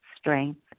strength